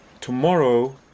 Tomorrow